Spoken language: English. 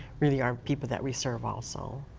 really are people that we serve also.